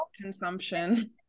consumption